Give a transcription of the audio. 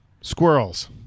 Squirrels